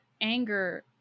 anger